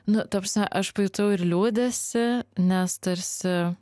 nu ta prasme aš pajutau ir liūdesį nes tarsi